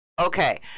okay